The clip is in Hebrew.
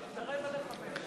הוועדה, נתקבל.